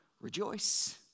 Rejoice